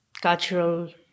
cultural